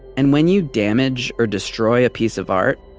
and when you damage or destroy a piece of art,